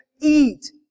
eat